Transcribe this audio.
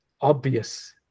obvious